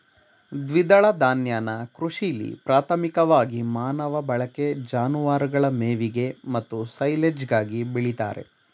ದ್ವಿದಳ ಧಾನ್ಯನ ಕೃಷಿಲಿ ಪ್ರಾಥಮಿಕವಾಗಿ ಮಾನವ ಬಳಕೆ ಜಾನುವಾರುಗಳ ಮೇವಿಗೆ ಮತ್ತು ಸೈಲೆಜ್ಗಾಗಿ ಬೆಳಿತಾರೆ